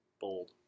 bold